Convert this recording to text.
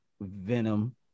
Venom